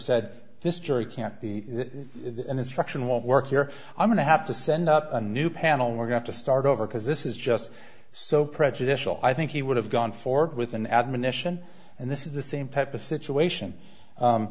said this jury can't the instruction won't work here i'm going to have to send up a new panel we're going to start over because this is just so prejudicial i think he would have gone forward with an admonition and this is the same type of situation